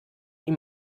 ihm